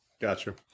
Gotcha